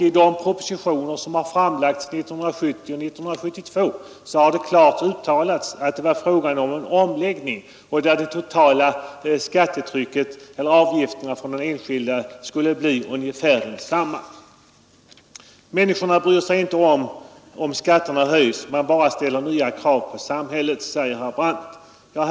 I de propositioner som framlagts 1970 och 1972 har klart uttalats att det var fråga om en omläggning av skatten från direkt till indirekt skatt och att de totala avgifterna skulle bli ungefär desamma för den enskilde. Människorna bryr sig inte om i fall skatterna höjs, de bara ställer nya krav på samhället, säger herr Brandt.